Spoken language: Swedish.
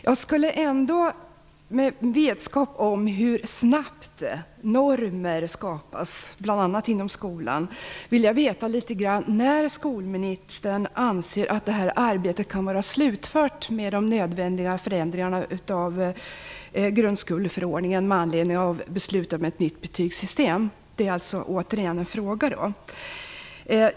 Eftersom normer skapas snabbt, bl.a. inom skolan, vill jag veta när skolministern anser att arbetet med de nödvändiga förändringarna av grundskoleförordningen - med anledning av beslutet om ett nytt betygssystem - kan vara slutfört. Det är en fråga.